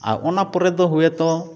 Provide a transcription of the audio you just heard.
ᱟᱨ ᱚᱱᱟᱯᱚᱨᱮ ᱫᱚ ᱦᱳᱭᱛᱚ